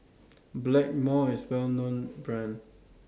Blackmores IS A Well known Brand